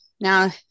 now